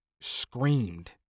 screamed